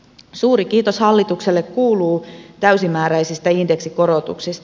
suuri kiitos hallitukselle kuuluu täysimääräisistä indeksikorotuksista